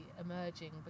emerging